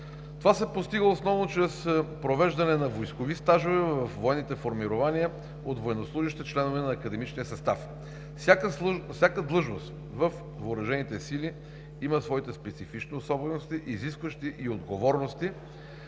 Това се постига основно чрез провеждане на войскови стажове във военните формирования от военнослужещи – членове на академичния състав. Всяка длъжност във въоръжените сили има своите специфични особености, изискващи и отговорности,